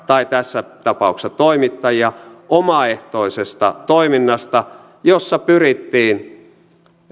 tai tässä tapauksessa toimittajia omaehtoisesta toiminnasta jossa pyrittiin